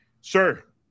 sir